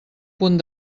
punt